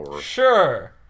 Sure